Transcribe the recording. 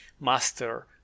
master